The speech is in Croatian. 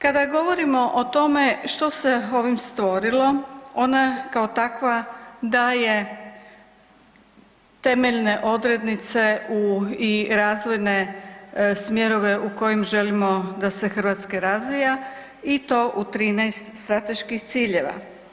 Kada govorimo o tome što se ovim stvorilo ona kao takva daje temeljne odrednice i razvojne smjerove u kojim želimo da se Hrvatska razvija i to u 13 strateških ciljeva.